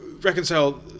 reconcile